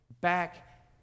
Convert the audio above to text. back